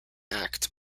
act